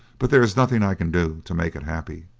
but there is nothing i can do to make it happy.